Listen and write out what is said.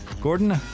Gordon